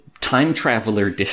time-traveler